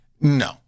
No